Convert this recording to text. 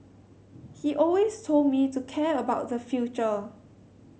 he always told me to care about the future